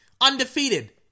Undefeated